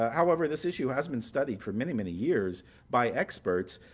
however, this issue has been studied for many, many years by experts,